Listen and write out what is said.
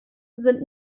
sind